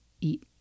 eat